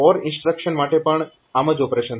OR instruction માટે પણ આમ જ ઓપરેશન થશે